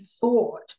thought